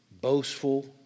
boastful